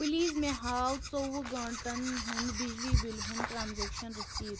please مےٚ ہاو ژۄوُہ گٲنٛٹن ہُنٛد بِجلی بلہِ ہُنٛد ٹرانزیکشن رٔسیٖد